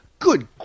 Good